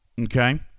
Okay